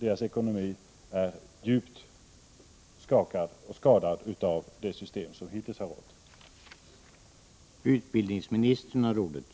Dess ekonomi är djupt skadad av det system som hittills tillämpats.